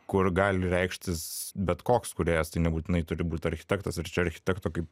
kur gali reikštis bet koks kūrėjas tai nebūtinai turi būt architektas ir čia architekto kaip